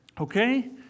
Okay